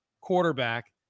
quarterback